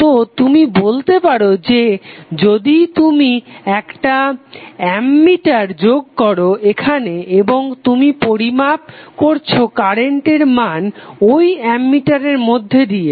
তো তুমি বলতে পারো যে যদি তুমি একটা অ্যামমিটার যোগ করো এখানে এবং তুমি পরিমাপ করছো কারেন্টের মান ঐ অ্যামমিটার এর মধ্যে দিয়ে